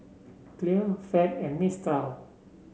Clear Fab and Mistral